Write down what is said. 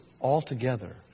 altogether